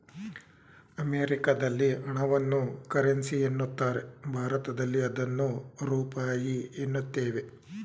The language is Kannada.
ಅಮೆರಿಕದಲ್ಲಿ ಹಣವನ್ನು ಕರೆನ್ಸಿ ಎನ್ನುತ್ತಾರೆ ಭಾರತದಲ್ಲಿ ಅದನ್ನು ರೂಪಾಯಿ ಎನ್ನುತ್ತೇವೆ